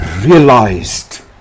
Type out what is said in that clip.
realized